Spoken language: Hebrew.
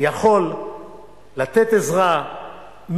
יכול לתת להם עזרה מעטה